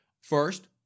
first